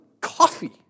coffee